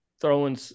Throwing